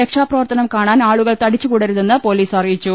രക്ഷാപ്രവർത്തനം കാണാൻ ആളുകൾ തടിച്ചുകൂടരുതെന്ന് പൊലീസ് അറിയിച്ചു